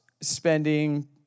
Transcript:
spending